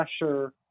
pressure